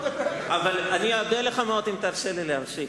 אבל אני אודה לך מאוד אם תרשה לי להמשיך,